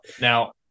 Now